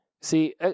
See